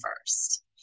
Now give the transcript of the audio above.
first